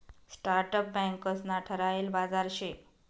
startup बँकंस ना ठरायल बाजार शे